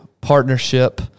partnership